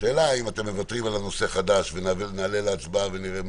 השאלה האם אתם מוותרים על נושא חדש ונעלה להצבעה ונראה מה.